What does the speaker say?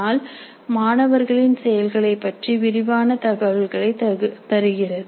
ஆனால் மாணவர்களின் செயல்களைப் பற்றி விரிவான தகவல்களை தருகிறது